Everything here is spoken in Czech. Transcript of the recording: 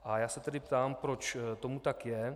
A já se tedy ptám, proč tomu tak je.